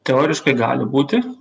teoriškai gali būti